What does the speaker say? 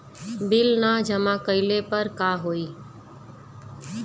Bill न जमा कइले पर का होई?